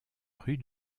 rue